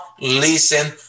listen